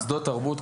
גם מוסדות תרבות?